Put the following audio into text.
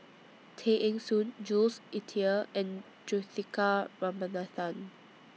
Tay Eng Soon Jules Itier and Juthika Ramanathan